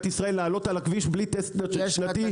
ישראל לעלות על הכביש בלי טסט שנתי.